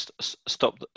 stop